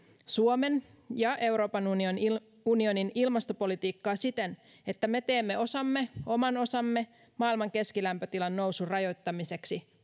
suomen ja euroopan unionin unionin ilmastopolitiikkaa siten että me teemme osamme oman osamme maailman keskilämpötilan nousun rajoittamiseksi